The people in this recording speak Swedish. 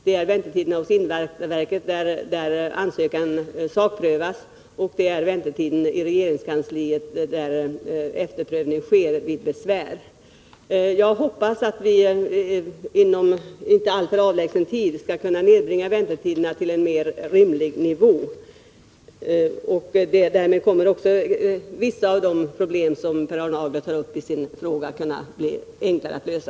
Det är väntetiden hos invandrarverket, där ansökan sakprövas. Det är också väntetiden i regeringskansliet, där efterprövning sker vid besvär. Jag hoppas att vi inom inte allt för avlägsen tid skall kunna nedbringa väntetiderna till en mer rimlig nivå. Därmed kommer också vissa av de problem som Per Arne Aglert tar upp i sin fråga att bli enklare att lösa.